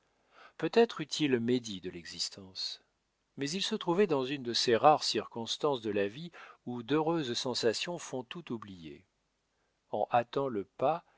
peut-être eût-il médit de l'existence mais il se trouvait dans une de ces rares circonstances de la vie où d'heureuses sensations font tout oublier en hâtant le pas